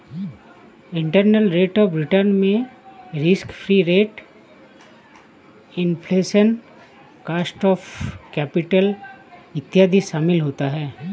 internal rate of return में risk free rate, inflation, cost of capital इत्यादि शामिल होता है